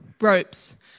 ropes